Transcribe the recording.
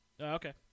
Okay